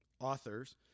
authors